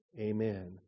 amen